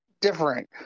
different